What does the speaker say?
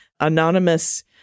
anonymous